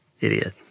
idiot